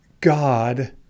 God